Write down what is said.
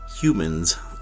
Humans